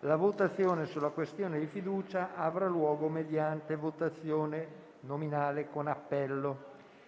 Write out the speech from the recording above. la votazione sulla questione di fiducia avrà luogo mediante votazione nominale con appello.